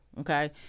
okay